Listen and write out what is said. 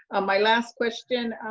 my last question,